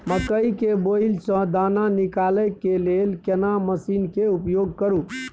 मकई के बाईल स दाना निकालय के लेल केना मसीन के उपयोग करू?